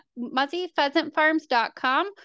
muzzypheasantfarms.com